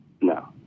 no